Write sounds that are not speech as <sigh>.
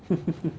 <laughs>